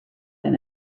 than